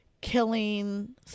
killing